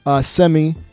Semi